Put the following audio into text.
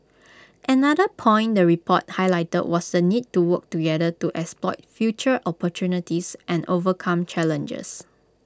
another point the report highlighted was the need to work together to exploit future opportunities and overcome challenges